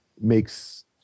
makes